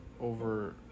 over